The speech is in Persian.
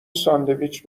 ساندویچ